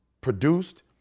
produced